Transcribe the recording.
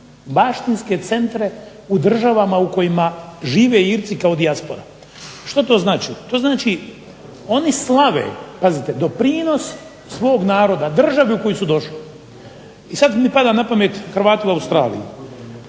baštinske centre u državama u kojima žive Irci kao dijaspora. Što to znači? To znači oni slave, pazite, doprinos svog naroda državi u koju su došli. I sad mi pada na pamet Hrvati u Australiji.